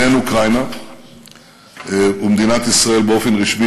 בין אוקראינה ומדינת ישראל באופן רשמי,